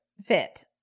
fit